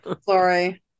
sorry